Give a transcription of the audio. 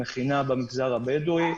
מכינה במגזר הבדואי.